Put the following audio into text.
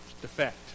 defect